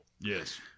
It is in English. Yes